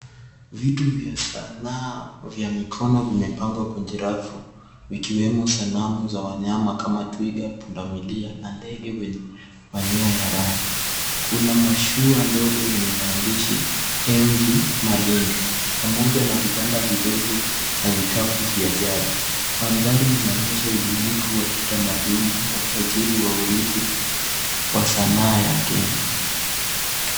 Vitu vya sanaa vya mikono vimepangwa kwenye rafu wikiwemo sanamu za wanyama kama twiga, pundamilia na ndege wenye manyoya ya rangi. Kuna mashua ndogo yenye maandishi M.V. Malindi pamoja na vibanda vidogo na vikapu vya jadi. Mandhari inaonyesha ubunifu wa kitamaduni na utajiri wa urithi wa sanaa ya Kenya.